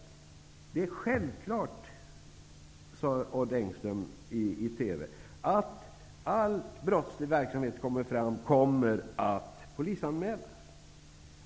Odd Engström sade i TV att det är självklart att all brottslighet som kommer fram skall polisanmälas.